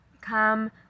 come